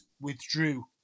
withdrew